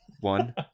one